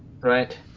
Right